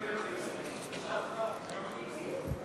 קבוצת סיעת העבודה וקבוצת סיעת מרצ לאחרי סעיף 5 לא נתקבלה.